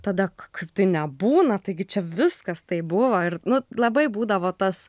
tada tai nebūna taigi čia viskas taip buvo ir nu labai būdavo tas